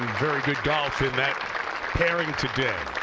very good golf in that pairing today.